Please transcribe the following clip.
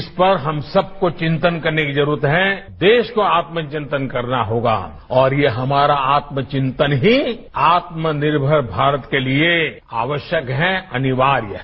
इस पर हम सबको चितंन करने की जरूरत है देश को आत्म चिंतन करना होगा और ये हमारा आत्मचिंतन ही आत्मनिर्भर भारत के लिए आवश्यक है अनिवार्य है